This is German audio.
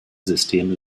system